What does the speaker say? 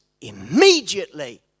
immediately